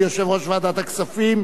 הפעם בתור חבר הכנסת גפני.